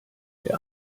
der